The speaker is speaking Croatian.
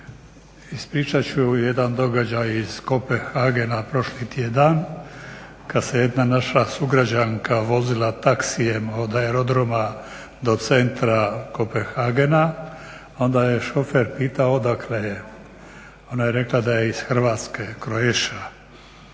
Ispričat ću jedan događaj iz Kopenhagena prošli tjedan kada se jedna naša sugrađanka vozila taksijem od aerodroma do centra Kopenhagena. Onda je šofer pitao odakle je, ona je rekla da je iz Hrvatske, Croatia.